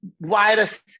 virus